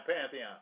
pantheon